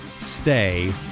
stay